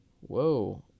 Whoa